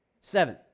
seven